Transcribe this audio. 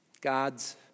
God's